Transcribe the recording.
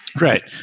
Right